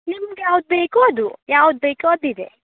ನಿಮ್ಗೆ ಯಾವ್ದು ಬೇಕು ಅದು ಯಾವ್ದು ಬೇಕೊ ಅದಿದೆ